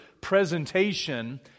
presentation